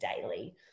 daily